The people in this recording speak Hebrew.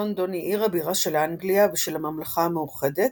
לונדון היא עיר הבירה של אנגליה ושל הממלכה המאוחדת,